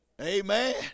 Amen